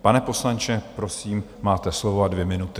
Pane poslanče, prosím, máte slovo a dvě minuty.